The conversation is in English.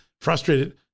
frustrated